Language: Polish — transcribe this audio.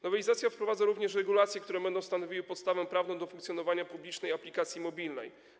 Nowelizacja wprowadza również regulacje, które będą stanowiły podstawę prawną do funkcjonowania publicznej aplikacji mobilnej.